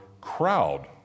crowd